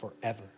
forever